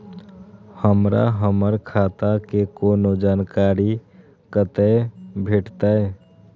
हमरा हमर खाता के कोनो जानकारी कतै भेटतै?